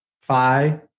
phi